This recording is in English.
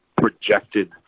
projected